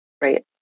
right